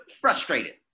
frustrated